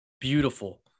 Beautiful